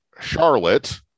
Charlotte